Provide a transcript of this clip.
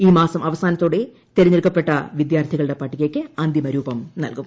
ഈ മാസം അവസാനത്തോടെ തെരഞ്ഞെടുക്കപ്പെട്ട വിദ്യാർത്ഥികളുടെ പട്ടികയ്ക്ക് അന്തിമരൂപം നൽകും